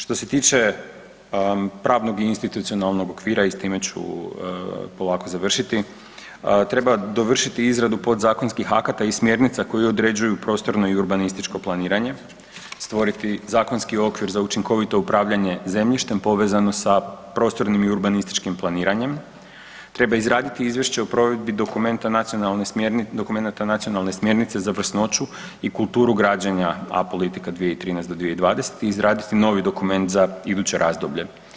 Što se tiče pravnog i institucionalnog okvira i s time ću polako završiti, treba dovršiti izradu podzakonskih akata i smjernica koje određuju prostorno i urbanističko planiranje, stvoriti zakonski okvir za učinkovito upravljanje zemljištem povezano sa prostornim i urbanističkim planiranjem, treba izraditi izvješće o provedbi dokumenata Nacionalne smjernice za vrsnoću i kulturu građenja ApolitikA 2013.-2020. i izraditi novi dokument za iduće razdoblje.